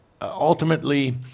ultimately